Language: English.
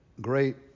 great